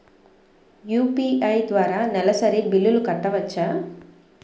UPI ద్వారా నెలసరి బిల్లులు కట్టవచ్చా?